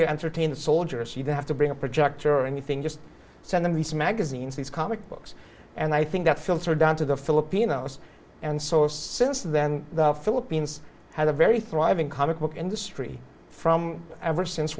to entertain the soldiers you have to bring a project or anything just send them these magazines these comic books and i think that filtered down to the filipinos and sourced since then the philippines has a very thriving comic book industry from ever since